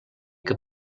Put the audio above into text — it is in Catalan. que